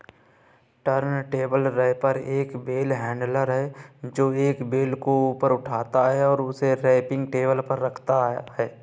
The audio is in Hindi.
टर्नटेबल रैपर एक बेल हैंडलर है, जो एक बेल को ऊपर उठाता है और उसे रैपिंग टेबल पर रखता है